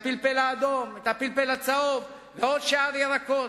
הפלפל האדום, הפלפל הצהוב ושאר ירקות.